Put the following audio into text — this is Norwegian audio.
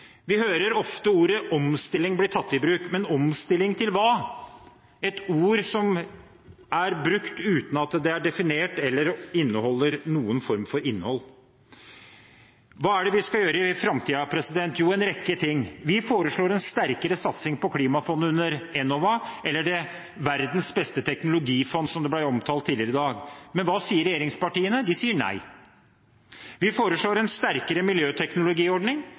Vi hører ofte ordet «omstilling» bli tatt i bruk, men omstilling til hva? Det er et ord som er brukt uten at det er definert eller har noen form for innhold. Hva er det vi skal gjøre i framtiden? Jo, en rekke ting. Vi foreslår en sterkere satsing på klimafondet under Enova – eller verdens beste teknologifond, som det ble omtalt som tidligere i dag. Men hva sier regjeringspartiene? De sier nei. Vi foreslår en sterkere miljøteknologiordning.